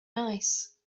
nice